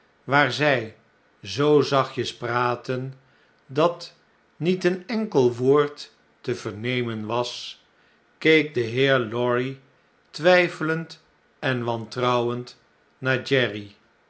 waar zij zoo zachtjes praatten dat niet een enkel woord te vernemen was keek de heer lorry twijfelend en wantrouwend naar jerry